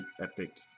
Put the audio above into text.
epic